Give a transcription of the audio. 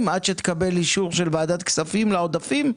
עד שתקבל אישור של ועדת כספים לעודפים?